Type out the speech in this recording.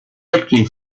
victory